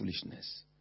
foolishness